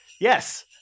Yes